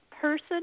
person